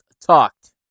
talked